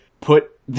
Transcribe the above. put